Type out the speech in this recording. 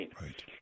Right